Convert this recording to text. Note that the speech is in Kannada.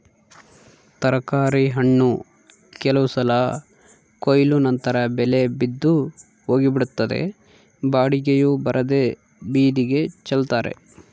ತರಕಾರಿ ಹಣ್ಣು ಕೆಲವು ಸಲ ಕೊಯ್ಲು ನಂತರ ಬೆಲೆ ಬಿದ್ದು ಹೋಗಿಬಿಡುತ್ತದೆ ಬಾಡಿಗೆಯೂ ಬರದೇ ಬೀದಿಗೆ ಚೆಲ್ತಾರೆ